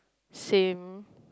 same